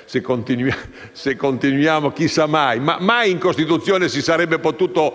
del senatore Buccarella).* Mai in Costituzione si sarebbe potuto